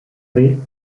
vais